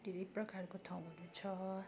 धेरै प्रकारको ठाउँहरू छ